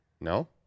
No